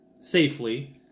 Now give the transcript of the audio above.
safely